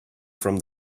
from